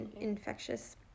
infectious